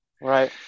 Right